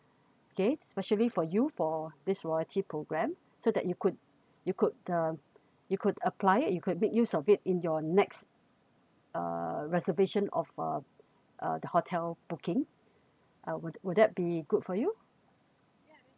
okay especially for you for this loyalty program so that you could you could uh you could apply you could make use of it in your next uh reservation of uh uh the hotel booking uh would would that be good for you